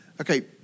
Okay